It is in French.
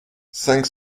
cinq